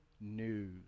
news